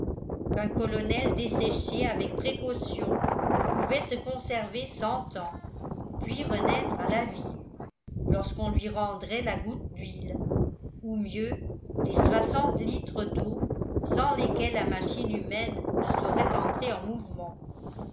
qu'un colonel desséché avec précaution pouvait se conserver cent ans puis renaître à la vie lorsqu'on lui rendrait la goutte d'huile ou mieux les soixante litres d'eau sans lesquels la machine humaine ne saurait entrer en mouvement